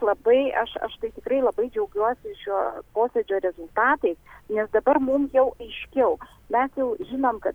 labai aš aš tai tikrai labai džiaugiuosi šio posėdžio rezultatais nes dabar mum jau aiškiau mes jau žinom kad